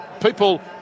people